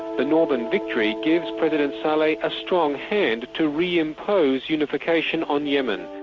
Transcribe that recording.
the northern victory gives president saleh a strong hand to re-impose unification on yemen.